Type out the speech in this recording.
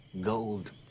gold